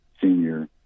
senior